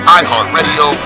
iHeartRadio